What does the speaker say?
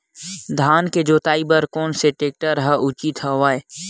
धान के जोताई बर कोन से टेक्टर ह उचित हवय?